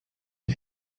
ein